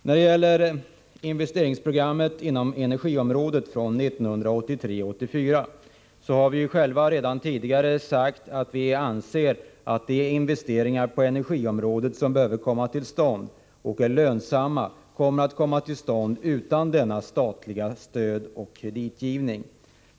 När det gäller investeringsprogrammet inom energiområdet från 1983/84 har vi själva redan tidigare sagt att vi anser att de investeringar på energiområdet som behöver komma till stånd och är lönsamma kommer till stånd utan denna statliga stödoch kreditgivning.